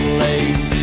late